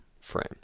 frame